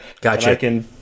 gotcha